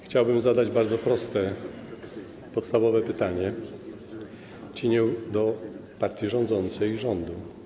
Chciałbym zadać bardzo proste, podstawowe pytanie kierowane do partii rządzącej i rządu.